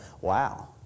Wow